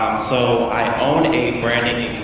so i own a branding